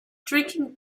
drinking